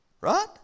Right